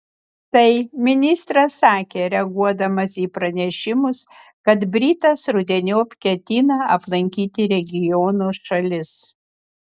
tai ministras sakė reaguodamas į pranešimus kad britas rudeniop ketina aplankyti regiono šalis